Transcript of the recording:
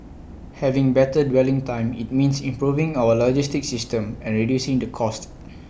having better dwelling time IT means improving our logistic system and reducing the cost